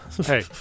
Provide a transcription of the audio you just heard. Hey